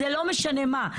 זה לא משנה מה.